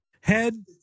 Head